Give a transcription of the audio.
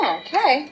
okay